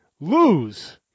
lose